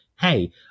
hey